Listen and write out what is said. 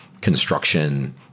construction